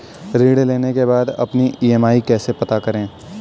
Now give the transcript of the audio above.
ऋण लेने के बाद अपनी ई.एम.आई कैसे पता करें?